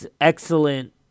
excellent